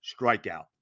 strikeout